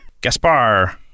Gaspar